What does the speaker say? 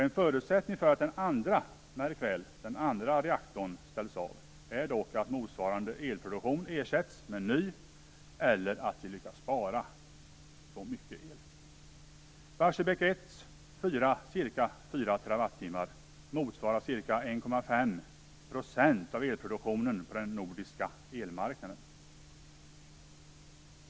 En förutsättning för att den andra reaktorn ställs av är dock att motsvarande elproduktion ersätts med ny eller att vi lyckas spara så mycket el. 1,5 % av elproduktionen på den nordiska elmarknaden.